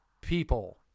people